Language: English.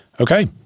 Okay